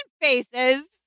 faces